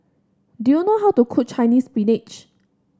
do you know how to cook Chinese Spinach